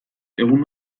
egun